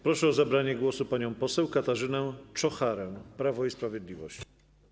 Proszę o zabranie głosu panią poseł Katarzynę Czocharę, Prawo i Sprawiedliwość.